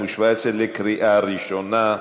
התשע"ז 2017, בקריאה ראשונה.